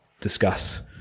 discuss